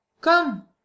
Come